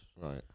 Right